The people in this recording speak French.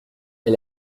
est